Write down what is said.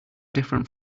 different